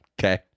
Okay